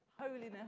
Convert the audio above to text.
Holiness